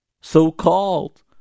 So-called